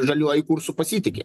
žaliuoju kursu pasitiki